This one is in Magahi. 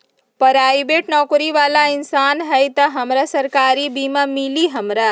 पराईबेट नौकरी बाला इंसान हई त हमरा सरकारी बीमा मिली हमरा?